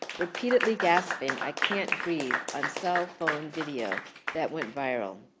repeatedly gasping i can't breathe, on cell phone video that went viral.